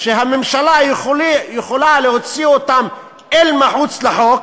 שהממשלה יכולה להוציא אותם אל מחוץ לחוק